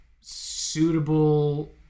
suitable